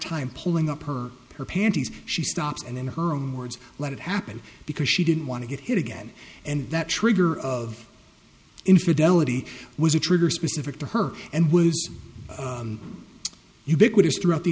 time pulling up her her panties she stops and in her own words let it happen because she didn't want to get hit again and that trigger of infidelity was a trigger specific to her and was ubiquitous throughout the